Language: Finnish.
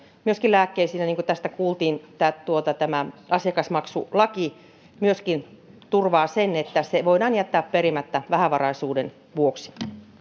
myöskin lääkkeisiin ja niin kuin tässä kuultiin tämä asiakasmaksulaki myöskin turvaa sen että maksu voidaan jättää perimättä vähävaraisuuden vuoksi